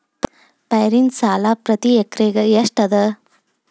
ಪೈರಿನ ಸಾಲಾ ಪ್ರತಿ ಎಕರೆಗೆ ಎಷ್ಟ ಅದ?